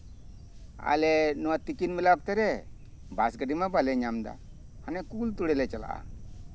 ᱟᱞᱮ ᱱᱚᱣᱟ ᱛᱤᱠᱤᱱ ᱵᱮᱞᱟ ᱚᱠᱛᱚᱨᱮ ᱵᱟᱥ ᱜᱟᱹᱰᱤ ᱢᱟ ᱵᱟᱞᱮ ᱧᱟᱢᱟ ᱦᱟᱱᱮ ᱠᱩᱞ ᱛᱚᱞᱟ ᱞᱮ ᱪᱟᱞᱟᱜᱼᱟ